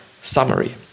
summary